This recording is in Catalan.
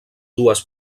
dues